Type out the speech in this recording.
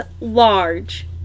large